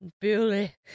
Billy